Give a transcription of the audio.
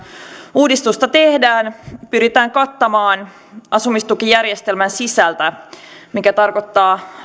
uudistusta tehdään pyritään kattamaan asumistukijärjestelmän sisältä mikä tarkoittaa